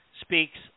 speaks